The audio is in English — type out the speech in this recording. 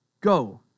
Go